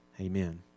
Amen